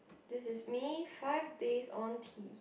this is me five days on T